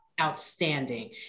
outstanding